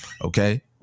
okay